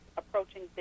approaching